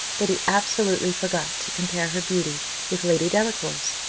that he absolutely forgot to compare her beauty with lady delacour's.